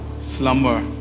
slumber